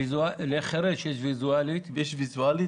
לחירש יש התרעה ויזואלית.